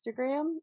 Instagram